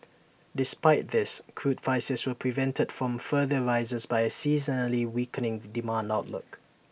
despite this crude prices were prevented from further rises by A seasonally weakening demand outlook